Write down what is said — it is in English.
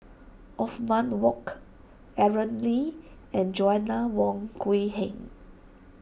Othman Wok Aaron Lee and Joanna Wong Quee Heng